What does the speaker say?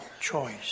choice